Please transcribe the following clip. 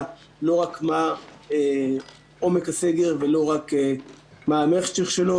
לא רק מה עומק הסגר ולא רק מה --- שלו,